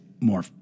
more